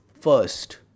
First